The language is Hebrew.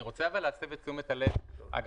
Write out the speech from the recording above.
יש